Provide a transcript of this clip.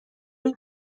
این